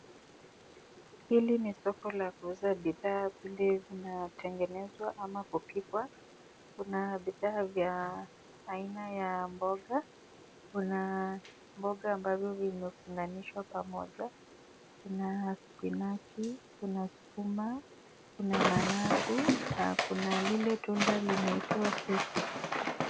Hili ni soko ambalo linauza bidha zinazotengenezwa au kupikwa. Kuna bidha za aina ya mboga. Kuna mboga ambayo imefunganishwa pamoja. Kuna spinach ,sukuma, managu na mboga inayoitwa susu.